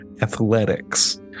athletics